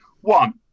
One